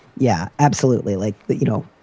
yeah, absolutely like that. you know,